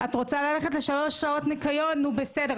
את רוצה ללכת לשלוש שעות ניקיון נו בסדר.